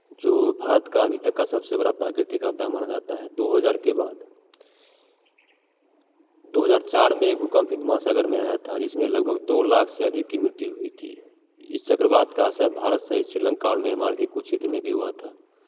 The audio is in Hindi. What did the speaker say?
जो भारत का अभी तक का सबसे बड़ा प्राकृतिक आपदा माना जाता है दो हजार के बाद दो हजार चार में भूकंप हिंद महासागर में आया था जिसमें लगभग दो लाख से अधिक की मृत्यु हुई थी इस चक्रवात का असर भारत सहित श्रीलंका और म्यांमार के कुछ क्षेत्र में भी हुआ था